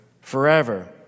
forever